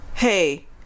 Hey